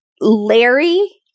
Larry